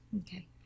okay